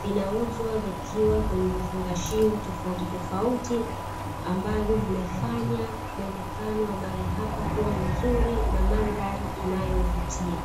vinauzwa vikiwa kwenye vifungashio tofauti tofauti ambavyo vimefanya muonekano wa mahali hapa kuwa mzuri na mandhari inayovutia.